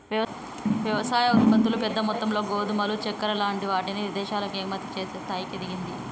వ్యవసాయ ఉత్పత్తులు పెద్ద మొత్తములో గోధుమలు చెక్కర లాంటి వాటిని విదేశాలకు ఎగుమతి చేసే స్థాయికి ఎదిగింది